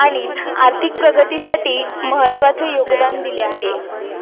आणि आर्थिक प्रगतीसाठी महत्त्वाचे योगदान दिले आहे